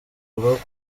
bavuga